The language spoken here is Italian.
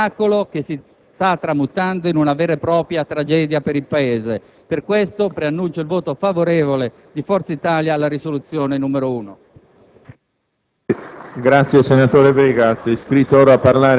siete riusciti in un vero miracolo politico, ma è un miracolo che si sta tramutando in una vera e propria tragedia per il Paese. Per questo annuncio il voto favorevole di Forza Italia alla risoluzione n. 1.